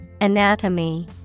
Anatomy